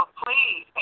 please